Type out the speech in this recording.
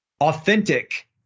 authentic